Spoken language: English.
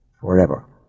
forever